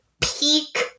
peak